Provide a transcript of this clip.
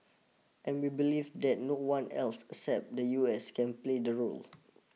and we believe that no one else except the U S can play the role